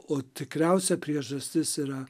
o tikriausia priežastis yra